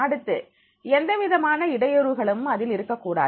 அடுத்து எந்தவிதமான இடையூறுகளும் அதில் இருக்கக் கூடாது